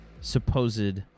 supposed